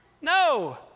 No